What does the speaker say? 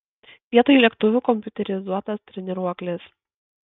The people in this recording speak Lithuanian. vietoj lėktuvų kompiuterizuotas treniruoklis